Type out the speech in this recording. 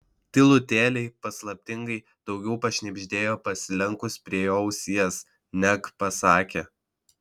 tylutėliai paslaptingai daugiau pašnibždėjo pasilenkus prie jo ausies neg pasakė